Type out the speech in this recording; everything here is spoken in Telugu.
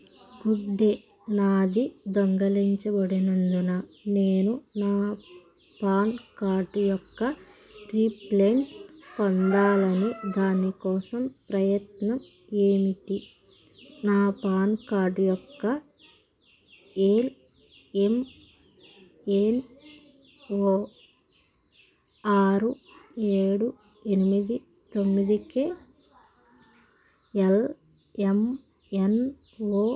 గుడ్ డే నాది దొంగలించబడినందున నేను నా పాన్ కార్డు యొక్క రీప్రింట్ పొందాలని దాని కోసం ప్రయత్నం ఏమిటి నా పాన్ కార్డు యొక్క A L N L O ఆరు ఏడు ఎనిమిది తొమ్మిది కె ఎల్ ఎం ఎన్ ఓ